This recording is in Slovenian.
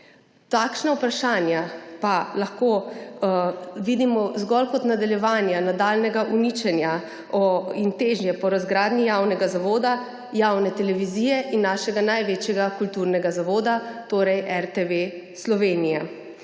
Takšna vprašanja pa lahko vidimo zgolj kot nadaljevanje nadaljnjega uničenja in težnje po razgradnji javnega zavoda javne televizije in našega največjega kulturnega zavoda, torej RTV Slovenije.